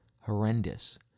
horrendous